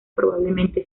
probablemente